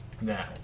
Now